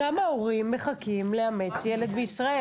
כמה הורים מחכים לאמץ ילד בישראל?